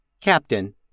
Captain